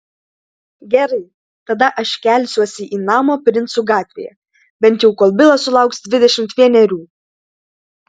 gerai tada aš kelsiuosi į namą princų gatvėje bent jau kol bilas sulauks dvidešimt vienerių